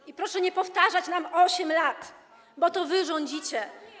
I proszę nie powtarzać nam: 8 lat, bo to wy rządzicie.